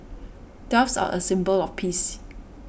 doves are a symbol of peace